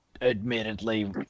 admittedly